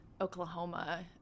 Oklahoma